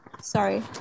sorry